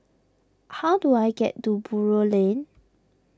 how do I get to Buroh Lane